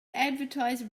advertise